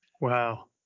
Wow